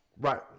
Right